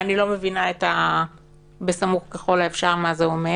אני לא מבינה מה זה אומר